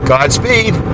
Godspeed